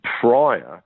prior